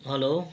hello